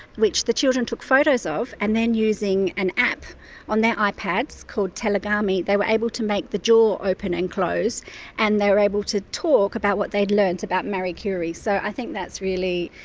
which the children took photos of, and then using an app on their ah ipads called tellagami they were able to make the jaw open and close and they were able to talk about what they'd learned about mary curie. so i think that's really,